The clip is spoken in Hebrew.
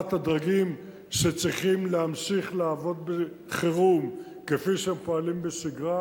לתודעת הדרגים שצריכים להמשיך לעבוד בחירום כפי שהם פועלים בשגרה.